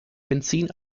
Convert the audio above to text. benzin